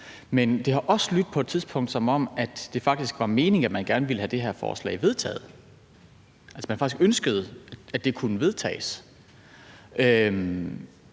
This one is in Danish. har det også lydt, som om det faktisk var meningen, at man ville have det her forslag vedtaget, altså at man faktisk ønskede, at det kunne vedtages. Men